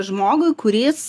žmogui kuris